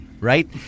Right